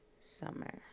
summer